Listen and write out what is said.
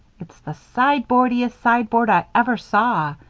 it's the sideboardiest sideboard i ever saw,